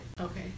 Okay